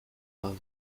fazla